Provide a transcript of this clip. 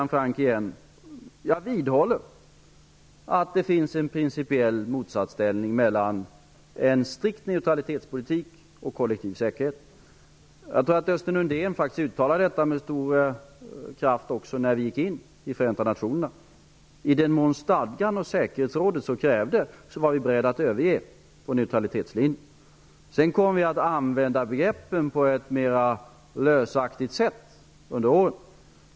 Jag vidhåller, Hans Göran Franck, att det finns en principiell motsatsställning mellan en strikt neutralitetspolitik och kollektiv säkerhet. Jag tror att Östen Undén faktiskt uttalade detta med stor kraft också när vi gick in i Förenta nationerna. I den mån stadgan och säkerhetsrådet så krävde var vi beredda att överge vår neutralitetslinje. Sedan kom vi att använda begreppen på ett mer lösaktigt sätt under åren.